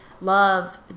love